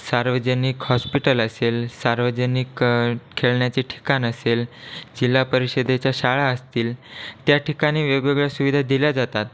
सार्वजनिक हॉस्पिटल असेल सार्वजनिक खेळण्याचे ठिकाण असेल जिल्हापरिषदेच्या शाळा असतील त्या ठिकाणी वेगवेगळ्या सुविधा दिल्या जातात